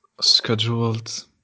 scheduled